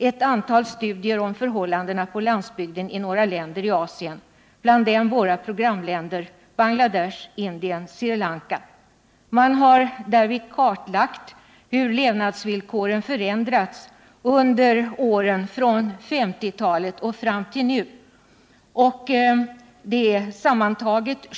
ett antal studier av förhållanden på landsbygden i några länder i Asien, bland dem våra programländer Bangladesh, Indien och Sri Lanka. Man har därvid kartlagt hur levnadsvillkoren för människorna där förändrats under åren från 1950-talet och fram till i dag.